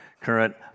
current